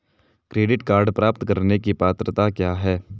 Credit card प्राप्त करने की पात्रता क्या है?